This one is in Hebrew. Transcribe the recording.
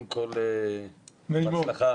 קודם כל, בהצלחה.